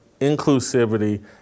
inclusivity